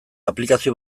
aplikazio